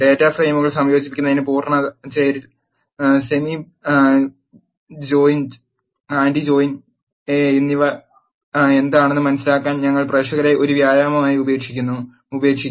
data ഫ്രെയിമുകൾ സംയോജിപ്പിക്കുന്നതിൽ പൂർണ്ണ ചേരൽ സെമി ജോയിഞ്ച് ആന്റി ജോയിൻ എന്നിവ എന്താണെന്ന് മനസിലാക്കാൻ ഞങ്ങൾ പ്രേക്ഷകരെ ഒരു വ്യായാമമായി ഉപേക്ഷിക്കും